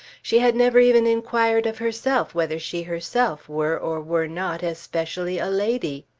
she had never even inquired of herself whether she herself were or were not especially a lady.